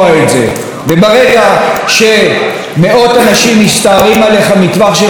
וברגע שמאות אנשים מסתערים עליך מטווח של 50 מטר,